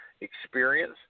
experience